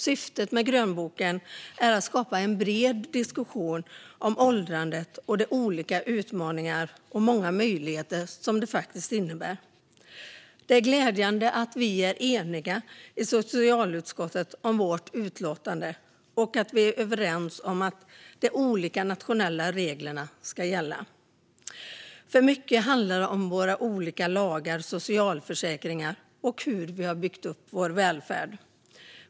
Syftet med grönboken är att skapa en bred diskussion om åldrandet och de olika utmaningar och många möjligheter som det faktiskt innebär. Det är glädjande att socialutskottet är enigt om utlåtandet och att utskottet är överens om att de olika nationella reglerna ska gälla. Mycket handlar om olika lagar och socialförsäkringar och om hur välfärden har byggts upp.